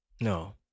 No